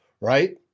right